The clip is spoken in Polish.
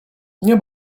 nie